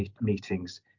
meetings